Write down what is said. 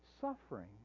suffering